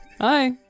hi